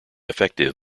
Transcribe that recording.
effective